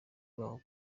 baho